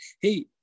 hey